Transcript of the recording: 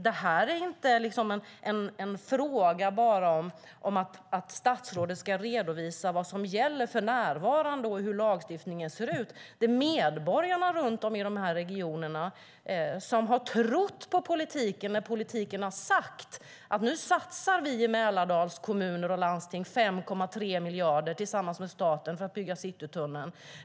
Detta är inte bara en fråga om att statsrådet ska redovisa vad som gäller för närvarande och hur lagstiftningen ser ut. Medborgarna runt om i dessa regioner har trott på politiken när det har sagts att man i Mälardalskommunerna tillsammans med staten ska satsa 5,3 miljarder för att bygga Citytunneln.